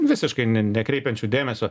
visiškai ne nekreipiančių dėmesio